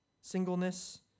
singleness